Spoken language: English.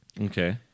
Okay